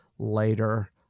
later